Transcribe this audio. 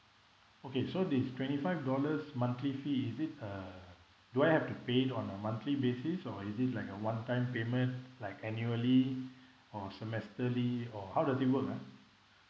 okay so this twenty five dollars monthly fee is it uh do I have to pay it on a monthly basis or is it like a one time payment like annually or semesterly or how does it work ah